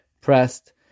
pressed